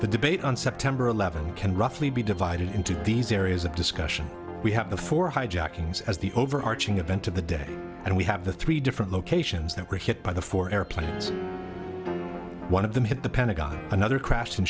the debate on september eleventh can roughly be divided into these areas of discussion we had before hijackings as the overarching event of the day and we have the three different locations that were hit by the four airplanes one of them hit the pentagon another crash